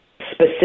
specific